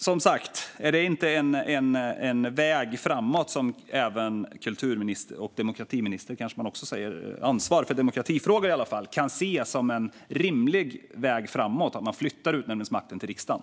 Som sagt: Är inte det en väg framåt som även kulturministern med ansvar för demokratifrågor kan se som en rimlig väg framåt - att man flyttar utnämningsmakten till riksdagen?